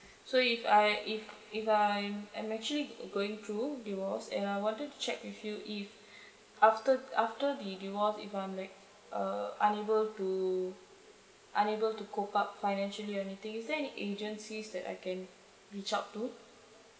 so if I if if I'm I'm actually going through divorce and I wanted to check with you if after after the divorce if I'm like uh unable to unable to cope up financially or anything is there any agencies that I can reach out to